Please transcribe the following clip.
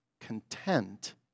content